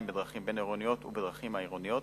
בדרכים בין-עירוניות ובדרכים העירוניות.